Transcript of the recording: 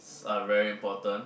are very important